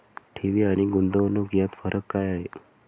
ठेवी आणि गुंतवणूक यात फरक काय आहे?